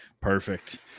perfect